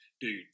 dude